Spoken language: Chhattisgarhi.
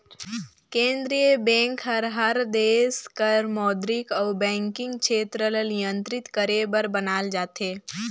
केंद्रीय बेंक हर देस कर मौद्रिक अउ बैंकिंग छेत्र ल नियंत्रित करे बर बनाल जाथे